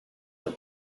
are